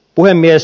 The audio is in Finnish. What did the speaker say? puhemies